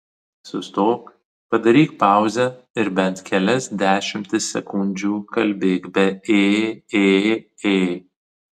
sustok padaryk pauzę ir bent kelias dešimtis sekundžių kalbėk be ė ė ė